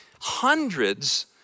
hundreds